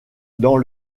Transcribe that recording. dans